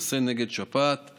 לחסן נגד שפעת.